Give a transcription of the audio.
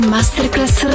Masterclass